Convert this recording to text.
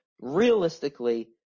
Realistically